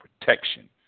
protection